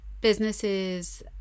businesses